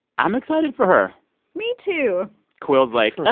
i'm excited for her me, too quil's like.